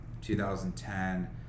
2010